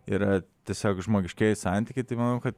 yra tiesiog žmogiškieji santykiai tai manau kad